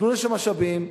תפנו לשם משאבים,